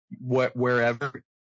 wherever